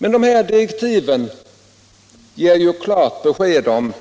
Men direktiven ger klara besked om